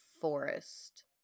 forest